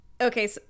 okay